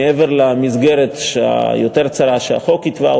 מעבר למסגרת היותר-צרה שהחוק התווה,